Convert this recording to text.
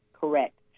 correct